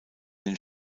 den